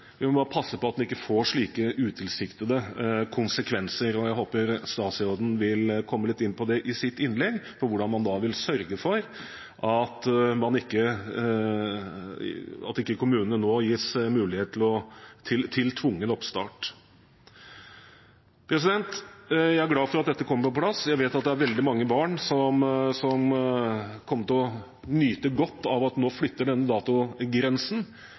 vi må bare passe på at den ikke får slike utilsiktede konsekvenser. Jeg håper statsråden i sitt innlegg vil komme litt inn på det, hvordan man vil sørge for at ikke kommunene nå gis mulighet til tvungen oppstart. Jeg er glad for at dette kommer på plass. Jeg vet at det er veldig mange barn som kommer til å nyte godt av at vi nå flytter denne datogrensen.